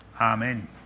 Amen